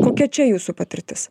kokia čia jūsų patirtis